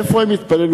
איפה הם יתפללו?